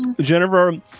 Jennifer